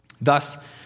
Thus